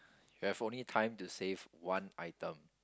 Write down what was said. you have only time to save one item